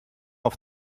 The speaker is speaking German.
auf